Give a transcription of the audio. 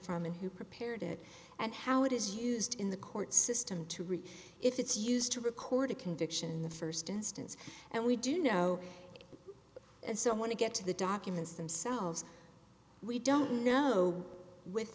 from and who prepared it and how it is used in the court system to reach if it's used to record a conviction in the first instance and we do know so i want to get to the documents themselves we don't know with